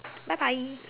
bye bye